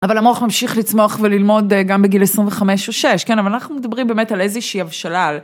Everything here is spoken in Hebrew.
אבל המוח ממשיך לצמוח וללמוד א...גם בגיל עשרים וחמש או שש, כן, אבל אנחנו מדברים באמת על איזו שהיא הבשלה, על...